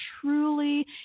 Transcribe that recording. truly